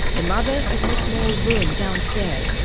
the mother is in a small room downstairs,